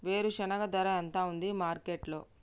వేరుశెనగ ధర ఎంత ఉంది మార్కెట్ లో?